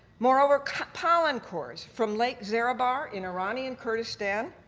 moreover pollen cores from lake zarab ah are in iranian kurdistan